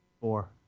Four